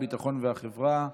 הביטחון והחברה.